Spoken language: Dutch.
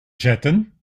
zetten